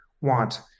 want